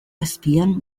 azpian